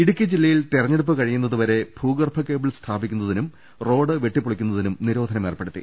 ഇടുക്കി ജില്ലയിൽ തിരഞ്ഞെടുപ്പ് കഴിയുന്നതുവരെ ഭൂഗർഭ കേബിൾ സ്ഥാപിക്കുന്നതിനും റോഡ് വെട്ടിപ്പൊളിക്കുന്നതിനും നിരോധനം ഏർപ്പെ ടുത്തി